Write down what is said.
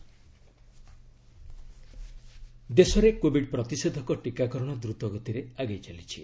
vaccination ଦେଶରେ covid ପ୍ରତିଷେଧକ ଟିକାକରଣ ଦ୍ରୁତ ଗତିରେ ଆଗେଇ ଚାଲିଛି